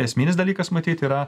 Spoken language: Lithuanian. esminis dalykas matyt yra